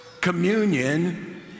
Communion